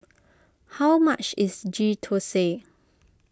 how much is Ghee Thosai